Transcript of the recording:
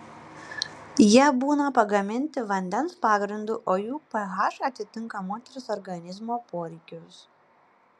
jie būna pagaminti vandens pagrindu o jų ph atitinka moters organizmo poreikius